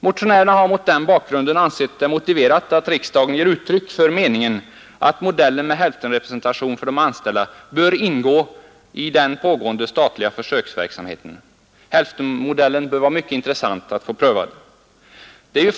Motionärerna har mot denna bakgrund ansett det motiverat att riksdagen ger uttryck för meningen att modellen med hälftenrepresentation för de anställda bör ingå i den pågående statliga försöksverksamheten. Det bör vara intressant att få hälftenmodellen prövad.